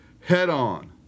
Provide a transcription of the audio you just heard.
head-on